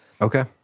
okay